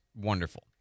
Wonderful